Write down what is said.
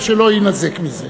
כדי שלא יינזק מזה.